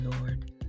Lord